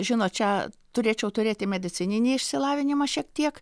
žinot čia turėčiau turėti medicininį išsilavinimą šiek tiek